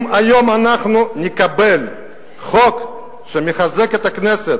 אם היום אנחנו נקבל חוק שמחזק את הכנסת